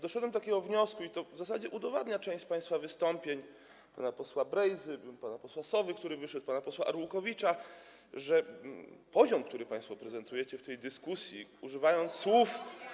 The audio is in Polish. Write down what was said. Doszedłem do takiego wniosku - i to w zasadzie udowadnia część z państwa wystąpień: pana posła Brejzy, pana posła Sowy, który wyszedł, pana posła Arłukowicza - że poziom, który państwo prezentujecie w tej dyskusji, używając słów.